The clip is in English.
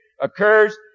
occurs